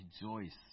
Rejoice